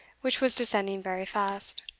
which was descending very fast.